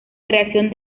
creación